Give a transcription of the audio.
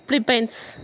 Philippines